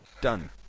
Done